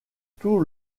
tout